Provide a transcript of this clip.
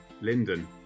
Linden